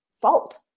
fault